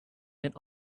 went